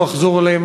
לא אחזור עליהם.